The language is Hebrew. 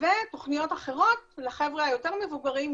ותוכניות אחרות לחבר'ה היותר מבוגרים,